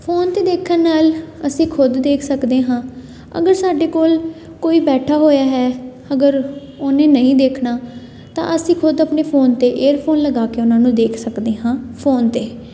phone 'ਤੇ ਦੇਖਣ ਨਾਲ ਅਸੀਂ ਖੁਦ ਦੇਖ ਸਕਦੇ ਹਾਂ ਅਗਰ ਸਾਡੇ ਕੋਲ ਕੋਈ ਬੈਠਾ ਹੋਇਆ ਹੈ ਅਗਰ ਉਹਨੇ ਨਹੀਂ ਦੇਖਣਾ ਤਾਂ ਅਸੀਂ ਖੁਦ ਆਪਣੇ ਫੋਨ 'ਤੇ ਏਅਰਫੋਰ ਲਗਾ ਕੇ ਉਹਨਾਂ ਨੂੰ ਦੇਖ ਸਕਦੇ ਹਾਂ ਫੋਨ 'ਤੇ